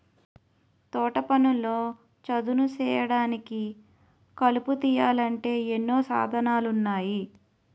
తోటపనుల్లో చదును సేయడానికి, కలుపు తీయాలంటే ఎన్నో సాధనాలున్నాయి